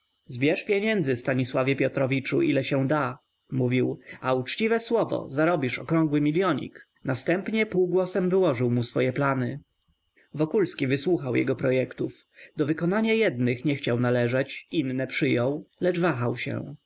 zbierz pieniędzy stanisławie piotrowiczu ile się da mówił a uczciwe słowo zrobisz okrągły milionik następnie półgłosem wyłożył mu swoje plany wokulski wysłuchał jego projektów do wykonania jednych nie chciał należeć inne przyjął lecz wahał się